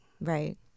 Right